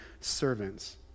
servants